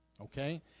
Okay